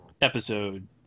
Episode